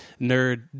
nerd